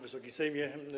Wysoki Sejmie!